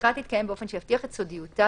השיחה תתקיים באופן שיבטיח את סודיותה